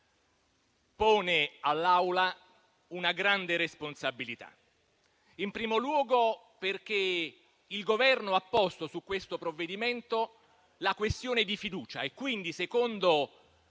pone all'Aula una grande responsabilità, in primo luogo perché il Governo vi ha posto la questione di fiducia e quindi, secondo